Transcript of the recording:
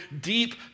deep